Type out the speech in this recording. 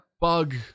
bug